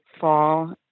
fall